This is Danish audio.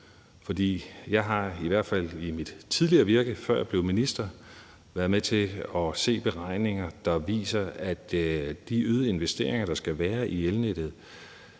Jeg har i hvert fald i mit tidligere virke, før jeg blev minister, været med til at se på beregninger, der viser, at de investeringer, der skal være i elnettet,